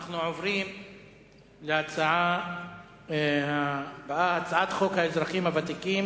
אנחנו עוברים להצעה הבאה: הצעת חוק האזרחים הוותיקים